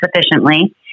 sufficiently